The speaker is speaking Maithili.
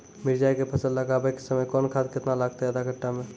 मिरचाय के फसल लगाबै के समय कौन खाद केतना लागतै आधा कट्ठा मे?